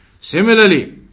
Similarly